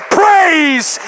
praise